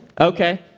Okay